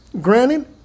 granted